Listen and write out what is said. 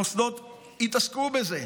מוסדות התעסקו בזה,